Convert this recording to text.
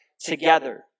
together